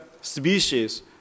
species